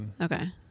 Okay